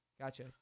gotcha